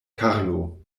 karlo